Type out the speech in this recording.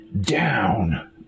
down